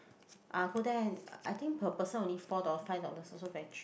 I go there I think person only four dollar five dollars also very cheap